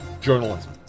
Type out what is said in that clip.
Journalism